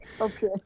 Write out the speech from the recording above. Okay